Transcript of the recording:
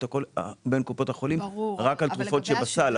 בין קופות החולים רק על תרופות שבסל,